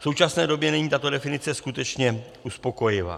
V současné době není tato definice skutečně uspokojivá.